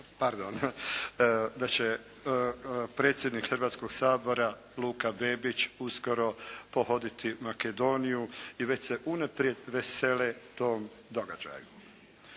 da će predsjednik Hrvatskoga sabora Luka Bebić uskoro pohoditi Makedoniju i već se unaprijed vesele tom događaju.